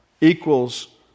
equals